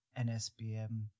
nsbm